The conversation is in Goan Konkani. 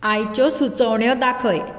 आयच्यो सुचोवण्यो दाखय